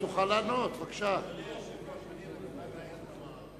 אדוני היושב-ראש, אני רוצה לענות.